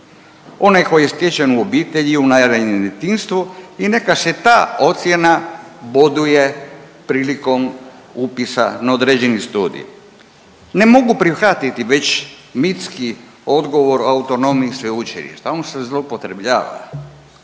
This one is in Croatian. onaj koji je stečen u obitelji u najranijem djetinjstvu i neka se ta ocjena boduje prilikom upisa na određeni studij. Ne mogu prihvatiti već mitski odgovor o autonomiji sveučilišta, on se zloupotrebljava